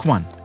One